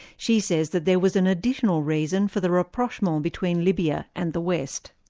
she says that there was an additional reason for the rapprochement between libya and the west.